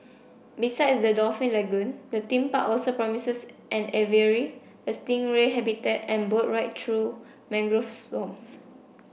beside the dolphin lagoon the theme park also promises an aviary a stingray habitat and boat ride through mangrove swamps